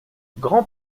grand